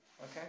Okay